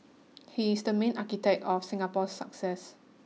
he is the main architect of Singapore's success